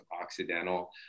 Occidental